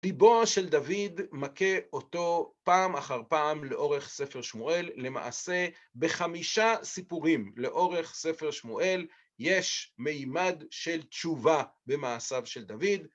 ליבו של דוד מכה אותו פעם אחר פעם לאורך ספר שמואל, למעשה בחמישה סיפורים לאורך ספר שמואל יש מימד של תשובה במעשיו של דוד.